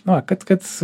na kad kad